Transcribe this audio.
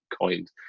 coined